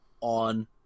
on